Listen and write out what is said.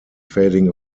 fading